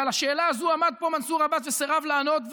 ועל השאלה הזו עמד פה מנסור עבאס וסירב לענות,